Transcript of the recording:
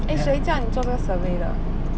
eh 谁叫你做这个 survey 的